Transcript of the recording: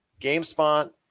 gamespot